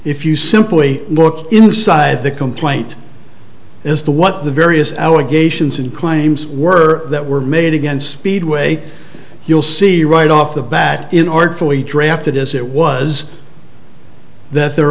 if you simply look inside the complaint is the what the various allegations and claims were that were made against speedway you'll see right off the bat in order for you drafted as it was that there